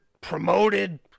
promoted